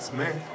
man